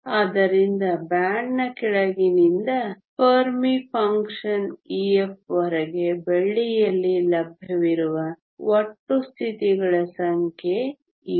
ಆದ್ದರಿಂದ ಬ್ಯಾಂಡ್ನ ಕೆಳಗಿನಿಂದ ಫೆರ್ಮಿ ಫಂಕ್ಷನ್ Ef ವರೆಗೆ ಬೆಳ್ಳಿಯಲ್ಲಿ ಲಭ್ಯವಿರುವ ಒಟ್ಟು ಸ್ಥಿತಿಗಳ ಸಂಖ್ಯೆ ಇವು